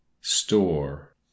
store